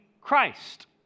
Christ